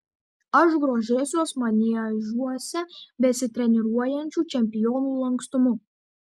aš grožėsiuos maniežuose besitreniruojančių čempionių lankstumu